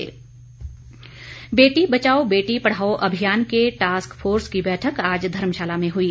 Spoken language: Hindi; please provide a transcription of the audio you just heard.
बेटी बचाओ बेटी बचाओ बेटी पढ़ाओ अभियान के टास्क फोर्स की बैठक आज धर्मशाला में हुई